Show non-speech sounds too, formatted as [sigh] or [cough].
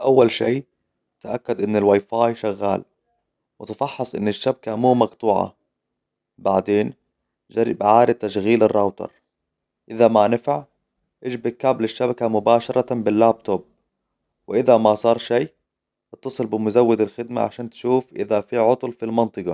أول شي، تأكد أن الواي فاي شغال، وتفحصأن الشبكة مو مقطوعة. بعدين، جرب إعاده تشغيل الراوتر. إذا ما نفع، اشبك كابل الشبكة مباشرة باللابتوب. وإذا ما صار شي، إتصل بمزود الخدمه عشان تشوف إذا في عطل في المنطقة. [noise]